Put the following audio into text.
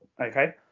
okay